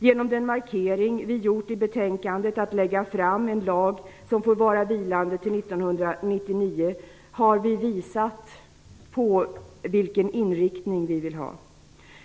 Genom den markering vi har gjort i betänkandet att lägga fram en lag som får vara vilande till 1999 har vi visat på vilken inriktning vi vill ha.